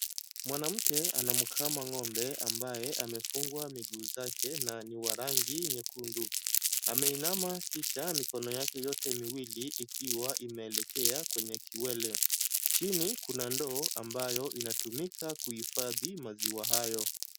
Mwanamke anamkama ng'ombe ambaye amefungwa miguu zake na ni wa rangi nyekundu. Ameinama kisha mikono yake yote miwili ikiwa imeelekea kwenye kiwele. Chini kuna ndoo ambayo inatumika kuhifadhi maziwa hayo.